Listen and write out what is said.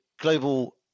Global